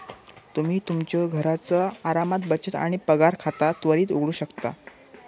तुम्ही तुमच्यो घरचा आरामात बचत आणि पगार खाता त्वरित उघडू शकता